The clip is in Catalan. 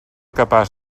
capaç